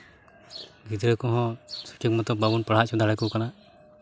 ᱜᱤᱫᱽᱨᱟᱹ ᱠᱚᱦᱚᱸ ᱥᱚᱴᱷᱤᱠ ᱢᱚᱛᱚ ᱵᱟᱵᱚᱱ ᱯᱟᱲᱦᱟᱣ ᱦᱚᱪᱚ ᱫᱟᱲᱮᱭᱟᱠᱚ ᱠᱟᱱᱟ